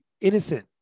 innocent